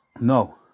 no